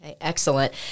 excellent